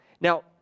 Now